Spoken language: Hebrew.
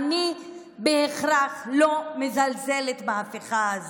שבו הנחת היסוד היא האפליה וההדרה ולא